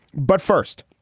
but first